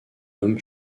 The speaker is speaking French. homme